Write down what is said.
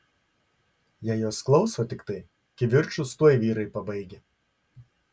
jei jos klauso tiktai kivirčus tuoj vyrai pabaigia